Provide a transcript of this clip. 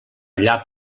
allà